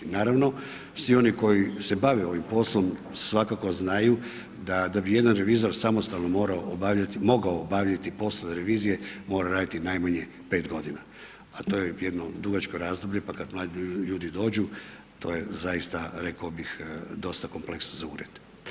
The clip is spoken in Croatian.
Naravno, svi oni koji se bave ovim poslom svakako znaju da bi jedan revizor samostalno morao, mogao obavljati poslove revizije mora raditi najmanje 5 godina, a to je jedno dugačko razdoblje pa kad mladi ljudi dođu to je zaista rekao bih dosta kompleksno za ured.